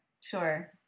sure